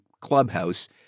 Clubhouse